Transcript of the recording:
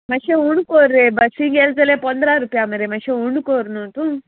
मातशें हूण कोर बसीक येल्तले पंदरा रुपया मरे मातशें उणकोर न्हू तूं